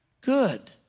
Good